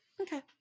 Okay